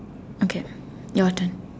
okay your turn